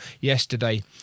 yesterday